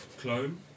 clone